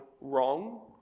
wrong